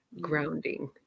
Grounding